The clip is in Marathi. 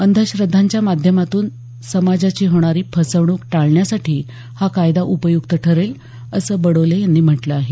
अंधश्रद्धांच्या माध्यमातून समाजाची होणारी फसवणूक टाळण्यासाठी हा कायदा उपयुक्त ठरेल असं बडोले यांनी म्हटलं आहे